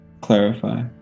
clarify